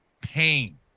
pain